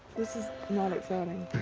this is not exciting.